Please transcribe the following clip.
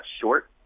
short